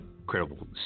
incredible